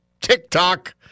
TikTok